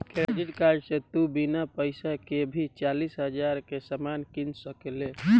credit card से तू बिना पइसा के भी चालीस हज़ार के सामान किन सकेल